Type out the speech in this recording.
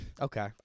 Okay